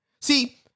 See